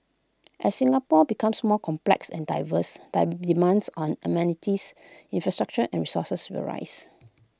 as Singapore becomes more complex and diverse dive demands on amenities infrastructure and resources will rise